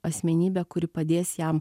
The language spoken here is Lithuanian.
asmenybę kuri padės jam